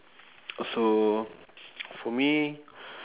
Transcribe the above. uh so for me